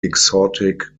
exotic